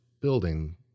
building